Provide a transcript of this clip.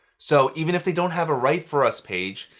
so, even if they don't have a write for us page,